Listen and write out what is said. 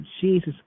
Jesus